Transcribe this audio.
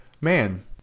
man